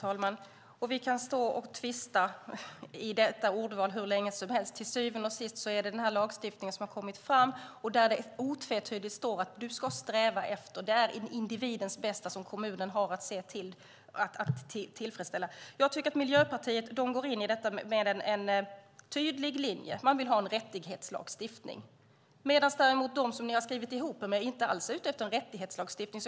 Herr talman! Vi kan stå och tvista om dessa ordval hur länge som helst. Till syvende och sist är det denna lagstiftning som har kommit fram. Där står det otvetydigt att man ska sträva efter detta. Kommunen har att se till individens bästa. Jag tycker att Miljöpartiet går in i detta med en tydlig linje. Man vill ha en rättighetslagstiftning. De som ni har skrivit ihop er med är däremot inte alls ute efter en rättighetslagstiftning.